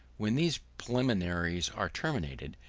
when these preliminaries are terminated,